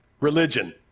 Religion